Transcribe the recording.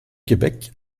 québec